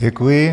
Děkuji.